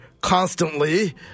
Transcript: constantly